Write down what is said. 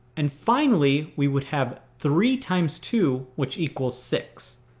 and finally we would have three times two which equals six.